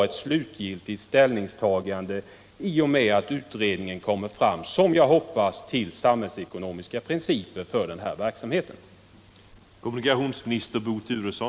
Ett slutgiltigt ställningstagande får sedan göras i och med att utredningen kommer fram — som jag hoppas — till samhällsekonomiska principer för verksamheten.